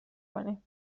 کنم